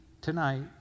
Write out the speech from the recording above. tonight